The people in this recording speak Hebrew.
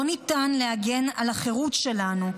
לא ניתן להגן על החירות שלנו,